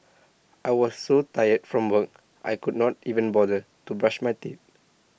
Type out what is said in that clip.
I was so tired from work I could not even bother to brush my teeth